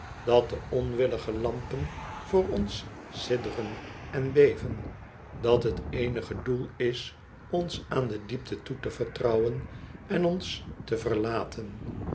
dat de onwillige lampen voor ons sidderen en beven dat t eenige doel is ons aan de diepte toe te vertrouwen en ons te verlaten